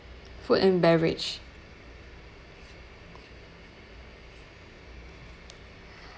food and beverage